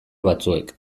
batzuek